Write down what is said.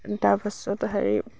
তাৰ পাছত হেৰি